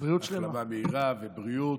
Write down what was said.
החלמה מהירה ובריאות.